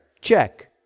check